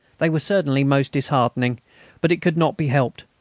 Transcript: they were certainly most disheartening but it could not be helped,